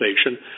station